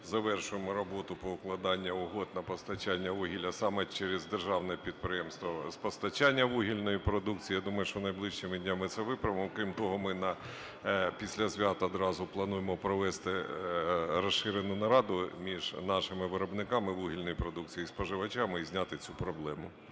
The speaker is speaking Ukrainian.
завершуємо роботу по укладанню угод на постачання вугілля саме через державне підприємство з постачання вугільної продукції. Я думаю, що найближчими днями ми це виправимо. Окрім того, ми після свят одразу плануємо провести розширену нараду між нашими виробниками вугільної продукції і споживачами і зняти цю проблему.